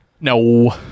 No